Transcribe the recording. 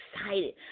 excited